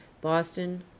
Boston